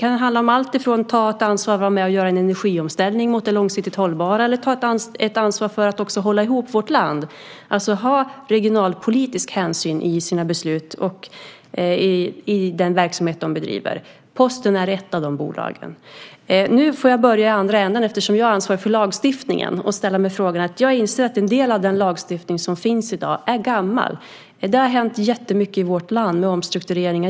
Det kan handla om alltifrån att ta ett ansvar för att göra en energiomställning mot det långsiktigt hållbara till att ta ett ansvar för att också hålla ihop vårt land, alltså att ta regionalpolitisk hänsyn i sina beslut och i den verksamhet de bedriver. Posten är ett av de bolagen. Nu får jag börja i andra änden, eftersom jag är ansvarig för lagstiftningen, och ställa frågor om denna. Jag inser att en del av den lagstiftning som finns i dag är gammal. Det har hänt jättemycket i vårt land. Det har varit omstruktureringar.